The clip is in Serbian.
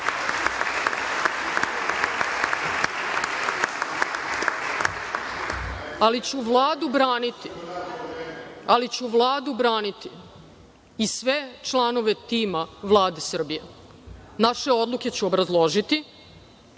ali ću braniti Vladu i sve članove tima Vlade Srbije. Naše odluke ću obrazložiti